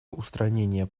устранения